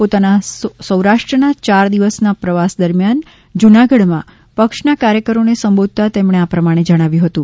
પોતાના સૌરાષ્ટ્રના ચાર દિવસના પ્રવાસ દરમિયાન જૂનાગઢમાં પક્ષના કાર્યકરોને સંબોધતા તેમણે આ પ્રમાણે જણાવ્યું હતું